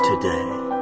today